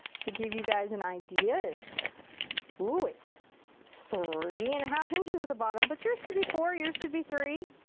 to give you guys an idea, it's ooh, it's three and a half inches at the bottom, but yours could be four, yours could be three.